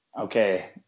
okay